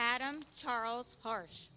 adam charles harsh